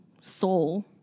soul